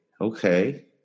Okay